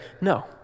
no